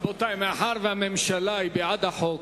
מאחר שהממשלה בעד החוק,